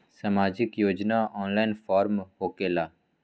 समाजिक योजना offline form होकेला?